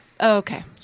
Okay